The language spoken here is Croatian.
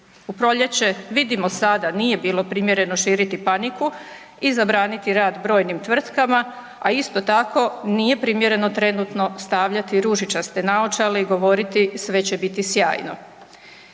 U proljeće, vidimo sada, nije bilo primjereno širiti paniku i zabraniti rad brojnim tvrtkama, a isto tako, nije primjereno trenutno stavljati ružičaste naočale i govoriti sve će biti sjajno.